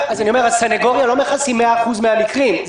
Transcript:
אומר שהסניגוריה לא מכסה 100% מההליכים,